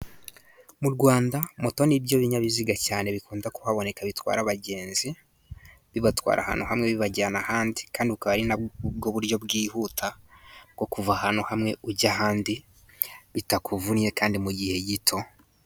Mu Rwanda moto ni byo binyabiziga cyane bikunda kuhaboneka bitwara abagenzi, bibatwara ahantu hamwe bibajyana ahandi. Kandi bukaba ari na bwo buryo bwihuta bwo kuva ahantu hamwe ujya ahandi bitakuvunnye, kandi mu gihe gito.